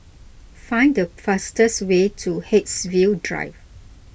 find the fastest way to Haigsville Drive